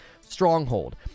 stronghold